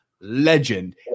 legend